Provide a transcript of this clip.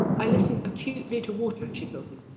i listen acutely to water she told me,